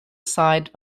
side